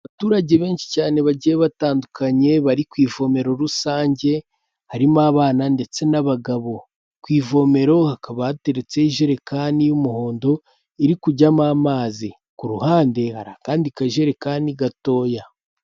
Abaturage benshi cyane bagiye batandukanye bari ku ivomero rusange, harimo abana ndetse n'abagabo, ku ivomero hakaba hateretse ijerekani y'umuhondo iri kujyamo amazi, ku ruhande hari akandi kajerekani gatoya.